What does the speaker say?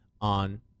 on